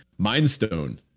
Mindstone